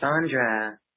Sandra